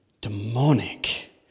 demonic